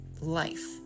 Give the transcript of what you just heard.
life